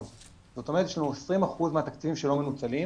זאת אומרת יש כ-20% מהתקציבים שלא מנוצלים,